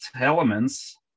elements